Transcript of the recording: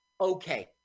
Okay